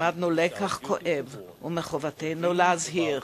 למדנו לקח כואב, ומחובתנו להזהיר: